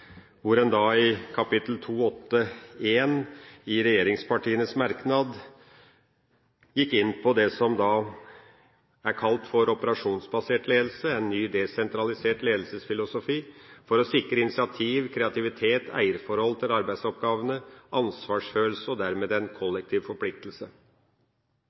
hvor en i kapittel 3.8.1 i regjeringspartienes merknad gikk inn på det som er kalt for «oppdragsbasert ledelse», en ny desentralisert ledelsesfilosofi for å sikre initiativ, kreativitet og eierforhold til arbeidsoppgavene, ansvarsfølelse og dermed en kollektiv forpliktelse, hvor hensikten er at den